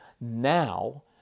Now